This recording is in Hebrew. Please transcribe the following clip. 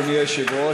אדוני היושב-ראש,